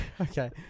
okay